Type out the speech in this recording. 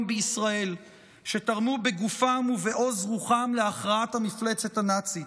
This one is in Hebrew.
בישראל שתרמו בגופם ובעוז רוחם להכרעת המפלצת הנאצית.